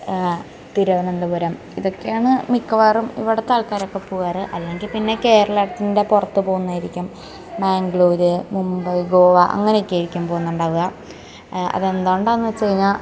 തിരുവനന്തപുരം ഇതൊക്കെയാണ് മിക്കവാറും ഇവിടത്തെ ആൾക്കാരക്കെ പോവാറ് അല്ലങ്കിപ്പിന്നെ കേരളത്തിൻ്റെ പുറത്ത് പോകുന്നതായിരിക്കും മാങ്ക്ളൂര് മുമ്പൈ ഗോവ അങ്ങനെയൊക്കെ ആയിരിക്കും പോവുണ്ടാവാ അതെന്തോണ്ടാന്ന് വെച്ചഴിഞ്ഞാൽ